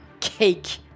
cake